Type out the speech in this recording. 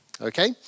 Okay